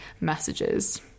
messages